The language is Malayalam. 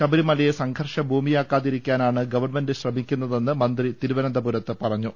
ശബരിമലയെ സംഘർഷ ഭൂമിയാക്കാതിരിക്കാനാണ് ഗവൺമെന്റ് ശ്രമിക്കുന്ന തെന്ന് മന്ത്രി തിരുവനന്തപുരത്ത് പറഞ്ഞു